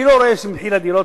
אני לא רואה שמחירי הדיור,